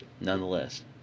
nonetheless